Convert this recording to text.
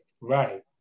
Right